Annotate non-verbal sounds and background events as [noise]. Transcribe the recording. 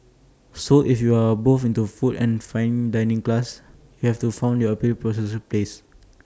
so if you are both into food and fine dining class you have to found your proposal place [noise]